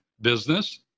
business